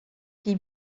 qui